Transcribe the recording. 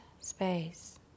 space